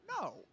No